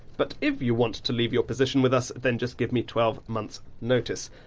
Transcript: but if you want to leave your position with us then just give me twelve months notice.